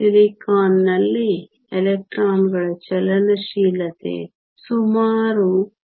ಸಿಲಿಕಾನ್ನಲ್ಲಿ ಎಲೆಕ್ಟ್ರಾನ್ನ ಚಲನಶೀಲತೆ ಸುಮಾರು